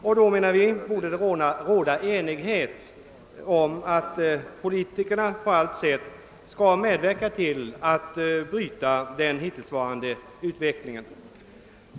Därför menar vi att det borde råda enighet om att politikerna på allt sätt skall medverka till att bryta den hittillsvarande utvecklingen.